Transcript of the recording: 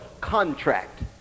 contract